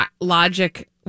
logic